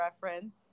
reference